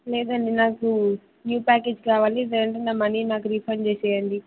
లేదండి నాకు new package కావాలి లేదంటే నా మనీ నాకు రీఫండ్ చేసేయండి